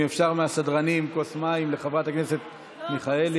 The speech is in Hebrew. אם אפשר מהסדרנים, כוס מים לחברת הכנסת מיכאלי.